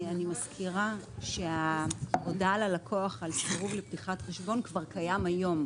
אני מזכירה שההודעה ללקוח על שחרור לפתיחת חשבון כבר קיימת היום,